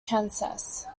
kansas